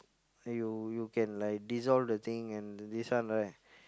you you can like dissolve the thing and this one right